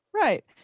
Right